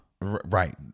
right